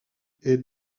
est